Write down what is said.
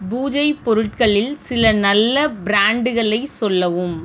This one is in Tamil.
பூஜை பொருட்களில் சில நல்ல பிராண்ட்டுகளை சொல்லவும்